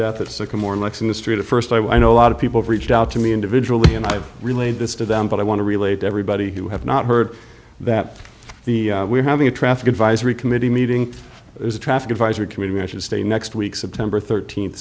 death of sycamore next in the street at first i know a lot of people reached out to me individually and i've relayed this to them but i want to relate to everybody who have not heard that the we're having a traffic advisory committee meeting is a traffic advisory committee i should stay next week september thirteenth